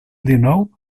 dinou